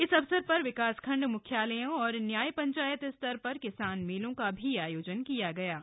इस अवसर पर विकासखण्ड मुख्यालयों और न्याय पंचायत स्तर पर किसान मेलों का भी आयोजन किया जाएगा